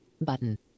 Button